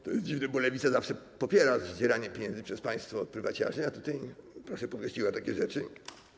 To jest dziwne, bo Lewica zawsze popiera zdzieranie pieniędzy przez państwo od prywaciarzy a tutaj, proszę, dopuściła takie rzeczy.